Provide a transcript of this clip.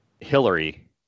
Hillary